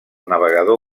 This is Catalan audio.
navegador